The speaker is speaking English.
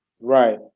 Right